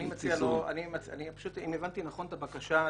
אם הבנתי נכון את הבקשה,